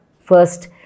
first